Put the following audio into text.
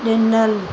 ॾिनल